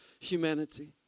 humanity